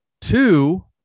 two